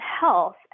health